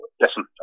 Listen